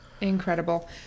Incredible